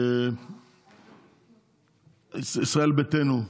ישראל ביתנו,